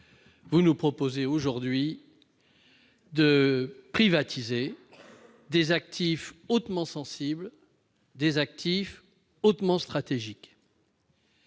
vous nous proposez aujourd'hui de privatiser des actifs hautement sensibles, des actifs hautement stratégiques.